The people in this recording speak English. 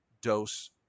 dose